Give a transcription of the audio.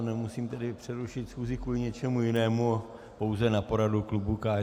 Nemusím tedy přerušit schůzi kvůli něčemu jinému, pouze na poradu klubu KSČM.